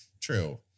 True